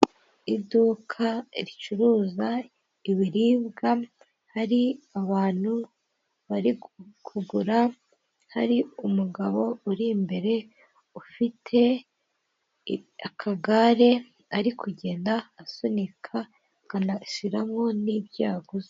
Iduka ricuruza ibiribwa hari abantu bari kugura, hari umugabo uri imbere ufite akagare ari kugenda asunika akanashyiramo n'ibyo yaguzi.